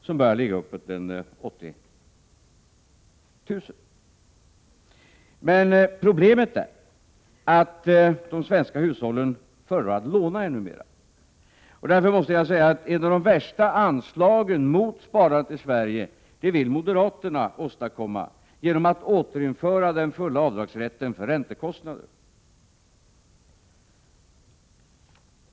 Problemet är att de svenska hushållen föredrar att låna ännu mer. Ett av de värsta anslagen mot sparandet i Sverige vill moderaterna åstadkomma genom att återinföra den fulla avdragsrätten för räntekostnaderna.